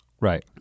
Right